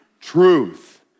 truth